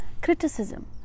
criticism